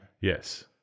Yes